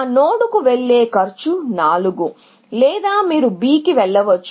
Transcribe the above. ఆ నోడ్కు వెళ్లే కాస్ట్ 4 లేదా మీరు B కి వెళ్ళవచ్చు